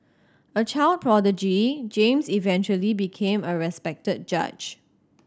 a child prodigy James eventually became a respected judge